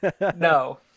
No